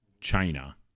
China